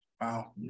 wow